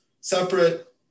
separate